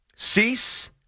Cease